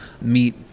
meet